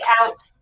out